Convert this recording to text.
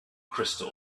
crystal